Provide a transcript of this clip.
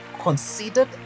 Considered